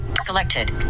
Selected